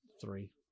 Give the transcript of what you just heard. three